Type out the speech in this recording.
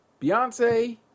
Beyonce